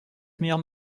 meilleur